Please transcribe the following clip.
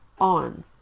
on